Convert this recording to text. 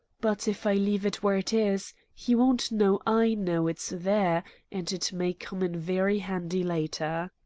but if i leave it where it is, he won't know i know it's there, and it may come in very handy later.